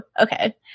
Okay